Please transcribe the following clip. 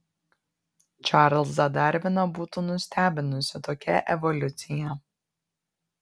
čarlzą darviną būtų nustebinusi tokia evoliucija